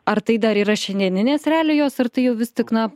ar tai dar yra šiandieninės realijos ar tai jau vis tik na